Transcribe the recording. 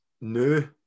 new